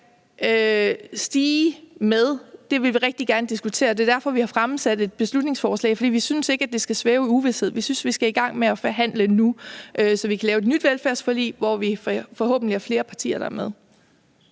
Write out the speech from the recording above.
stige med, og det er derfor, vi har fremsat et beslutningsforslag. Vi synes ikke, det skal svæve i uvished. Vi synes, vi skal i gang med at forhandle nu, så vi kan få lavet et nyt velfærdsforlig, hvor vi forhåbentlig er flere partier, der er med.